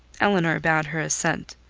elinor bowed her assent.